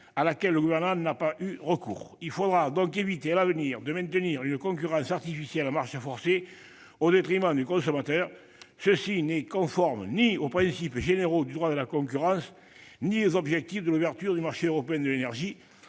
à laquelle le Gouvernement n'a pas eu recours. Il faudra donc éviter à l'avenir de maintenir l'ouverture à marche forcée à une concurrence artificielle au détriment du consommateur. Cela n'est conforme ni aux principes généraux du droit de la concurrence ni aux objectifs de l'ouverture du marché européen de l'énergie.